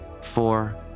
four